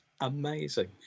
amazing